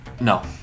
No